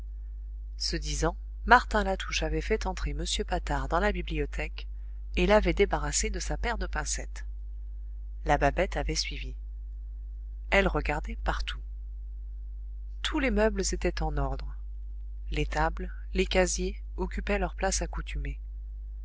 ce disant martin latouche avait fait entrer m patard dans la bibliothèque et l'avait débarrassé de sa paire de pincettes la babette avait suivi elle regardait partout tous les meubles étaient en ordre les tables les casiers occupaient leur place accoutumée